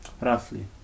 Roughly